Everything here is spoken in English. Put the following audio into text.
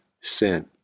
sin